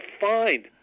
find